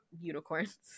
unicorns